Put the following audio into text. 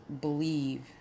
believe